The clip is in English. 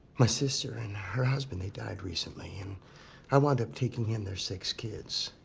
my sister and her husband, they died recently, and i wound up taking in their six kids.